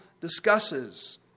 discusses